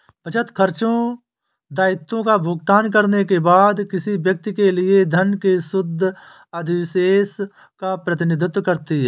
बचत, खर्चों, दायित्वों का भुगतान करने के बाद किसी व्यक्ति के लिए धन के शुद्ध अधिशेष का प्रतिनिधित्व करती है